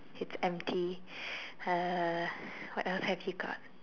it's empty uh what else have you got